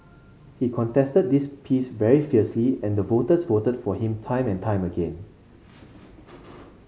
he contested this piece very fiercely and the voters voted for him time and time again